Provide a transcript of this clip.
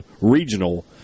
regional